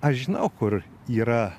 aš žinau kur yra